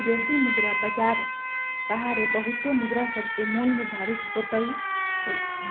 विदेशी मुद्रा बाजार सहारे बहुते मुद्रासभके मोल निर्धारित होतइ छइ